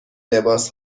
لباس